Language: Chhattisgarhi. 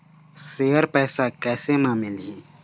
शेयर पैसा कैसे म मिलही?